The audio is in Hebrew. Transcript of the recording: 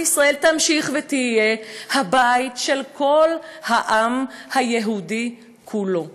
ישראל תמשיך להיות הבית של כל העם היהודי כולו?